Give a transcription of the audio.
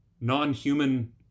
non-human